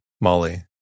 molly